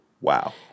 Wow